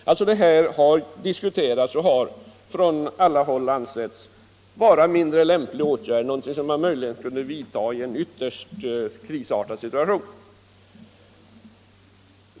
Denna åtgärd har alltså diskuterats och från alla håll ansetts vara mindre lämplig. Det är en åtgärd som man möjligen kunde vidta i en ytterst krisartad situation.